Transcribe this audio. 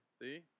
See